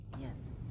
yes